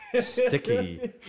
sticky